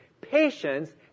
Patience